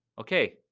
Okay